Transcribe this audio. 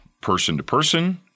person-to-person